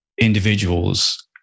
individuals